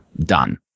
Done